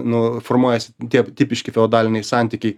nu formuojasi tie tipiški feodaliniai santykiai